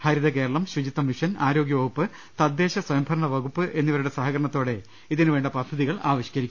ഹരിതകേരളം ശുചിത്വ മിഷൻ ആരോഗൃവകുപ്പ് തദ്ദേശ സ്ഥയംഭരണ വകുപ്പ് എന്നിവരുടെ സഹകരണത്തോടെ ഇതിനുവേണ്ട പദ്ധതികൾ ആവിഷ്കരിക്കും